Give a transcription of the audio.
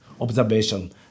observation